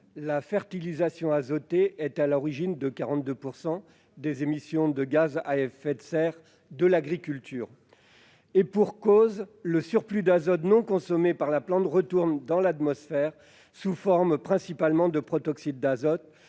La fertilisation azotée est à l'origine de 42 % des émissions de gaz à effet de serre de l'agriculture. Et pour cause ! Le surplus d'azote non consommé par la plante retourne dans l'atmosphère, principalement sous forme de protoxyde d'azote,